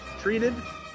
treated